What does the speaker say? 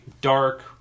dark